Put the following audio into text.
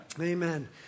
Amen